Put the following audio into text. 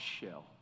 shell